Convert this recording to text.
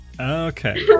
Okay